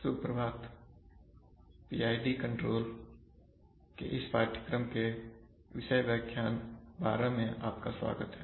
शब्द संग्रह actuator PID controller frequency noise position form noise सुप्रभातPID कंट्रोल के इस पाठ्यक्रम के विषय व्याख्यान 12 में आपका स्वागत है